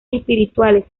espirituales